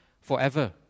forever